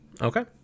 Okay